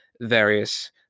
various